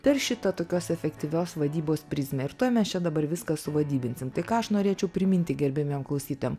per šitą tokios efektyvios vadybos prizmę ir tuoj mes čia dabar viską suvadybinsim tai ką aš norėčiau priminti gerbiamiem klausytojam